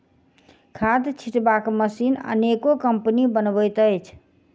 खाद छिटबाक मशीन अनेको कम्पनी बनबैत अछि